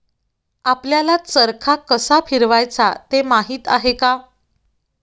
आपल्याला चरखा कसा फिरवायचा ते माहित आहे का?